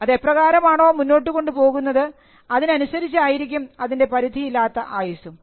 അത് എപ്രകാരമാണോ മുന്നോട്ടുകൊണ്ടുപോകുന്നത് അതിനനുസരിച്ചായിരിക്കും അതിൻറെ പരിധിയില്ലാത്ത ആയുസ്സും